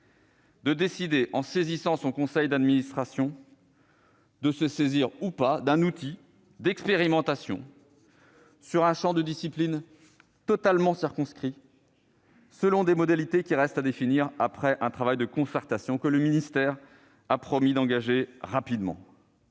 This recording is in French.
de décider, en saisissant son conseil d'administration, de se saisir ou pas d'un outil d'expérimentation, sur un champ de disciplines totalement circonscrit, selon des modalités qui restent à définir, après un travail de concertation que le ministère a promis d'engager rapidement.